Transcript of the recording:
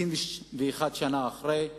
61 שנה אחרי,